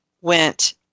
went